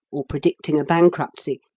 or predicting a bankruptcy,